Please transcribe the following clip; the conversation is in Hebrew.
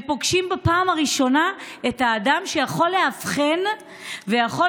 הם פוגשים בפעם הראשונה את האדם שיכול לאבחן ויכול